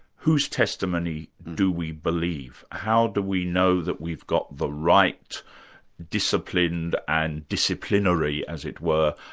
whose testimony do we believe? how do we know that we've got the right disciplined and disciplinary, as it were,